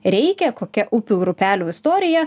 reikia kokia upių ir upelių istorija